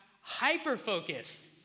hyper-focus